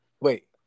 wait